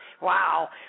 wow